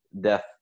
death